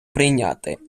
прийняти